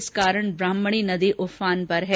इस कारण ब्राह्मणी नदी उफान पर है